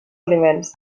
aliments